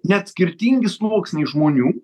net skirtingi sluoksniai žmonių